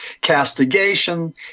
castigation